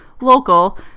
local